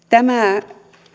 tämä